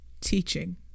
Teaching